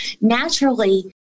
naturally